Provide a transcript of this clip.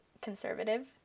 conservative